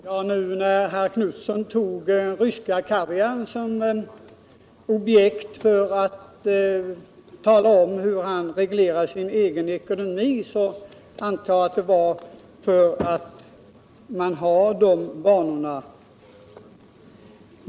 Herr talman! Nu när herr Knutson tog den ryska kaviaren som exempel för att tala om hur han reglerar sin egen ekonomi antar jag att han gjorde det därför att han har de vanorna.